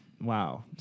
Wow